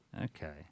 Okay